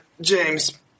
James